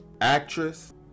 actress